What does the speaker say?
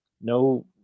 No